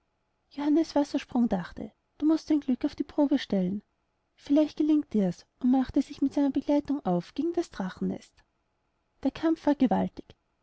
johannes wassersprung dachte du mußt dein glück auf die probe stellen vielleicht gelingt dirs und machte sich mit seiner begleitung auf gegen das drachennest der kampf war gewaltig